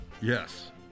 Yes